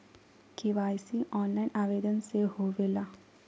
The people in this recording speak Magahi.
के.वाई.सी ऑनलाइन आवेदन से होवे ला?